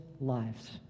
lives